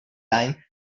time